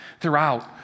throughout